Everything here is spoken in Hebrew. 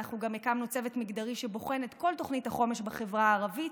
אנחנו גם הקמנו צוות מגדרי שבוחן את כל תוכנית החומש בחברה הערבית,